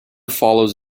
follows